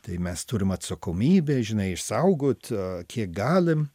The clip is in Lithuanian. tai mes turim atsakomybę žinai išsaugot a kiek galim